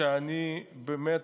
שאני באמת,